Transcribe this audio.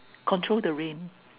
control the rain